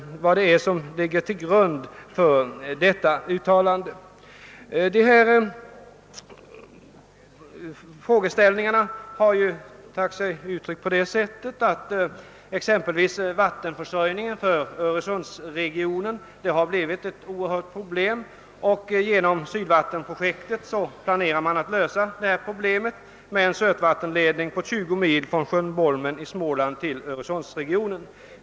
Det finns många exempel på vilka uttryck denna »hänsyn till förhållandena i angränsande län» har tagit sig. Vattenförsörjningen för Öresundsregionen har t.ex. blivit ett stort problem, och genom Sydvattenprojektet ämnar man lösa det med en sötvattensledning på 20 mil från sjön Bolmen i Småland till Öresundsregionen.